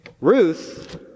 Ruth